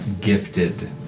gifted